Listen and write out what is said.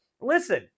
Listen